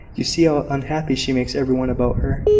you see how unhappy she makes every one about her,